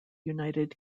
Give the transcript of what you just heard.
united